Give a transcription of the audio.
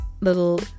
little